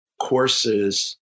courses